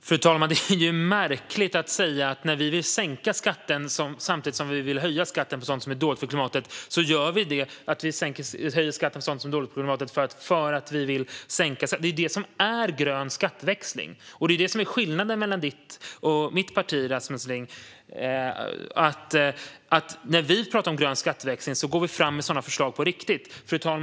Fru talman! Det är märkligt att säga så om att vi vill sänka skatten samtidigt som vi vill höja skatten på sådant som är dåligt för klimatet. Vi höjer skatten på sådant som är dåligt för klimatet för att sänka andra skatter; det är ju det som är grön skatteväxling. Det är det som är skillnaden mellan ditt parti och mitt, Rasmus Ling: När vi talar om grön skatteväxling går vi fram med sådana förslag på riktigt.